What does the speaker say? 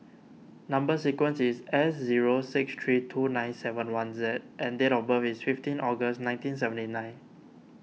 Number Sequence is S zero six three two nine seven one Z and date of birth is fifteen August nineteen seventy nine